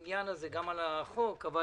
בעד החוק הזה.